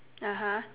(uh huh)